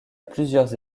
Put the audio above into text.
plusieurs